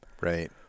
right